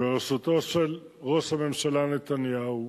בראשותו של ראש הממשלה נתניהו,